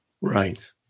Right